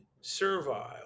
servile